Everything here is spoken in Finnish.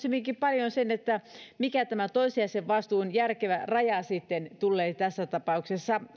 hyvinkin paljon siitä mikä tämä toissijaisen vastuun järkevä raja tulee tässä tapauksessa